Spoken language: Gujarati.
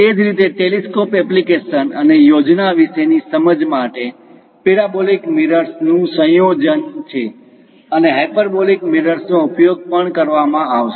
તે જ રીતે ટેલીસ્કોપીક એપ્લિકેશનો અને યોજના વિશેની સમજ માટે પેરાબોલિક મિરર્સનું સંયોજન છે અને હાયપરબોલિક મિરર્સનો ઉપયોગ પણ કરવામાં આવશે